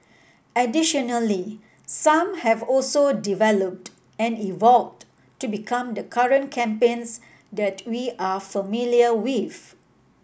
additionally some have also developed and evolved to become the current campaigns that we are familiar with